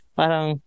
parang